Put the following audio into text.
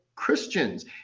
Christians